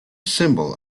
symbol